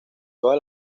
toda